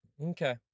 okay